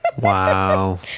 Wow